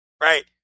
right